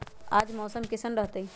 आज मौसम किसान रहतै?